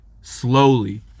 Slowly